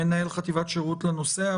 מנהל חטיבת שירות לנוסע,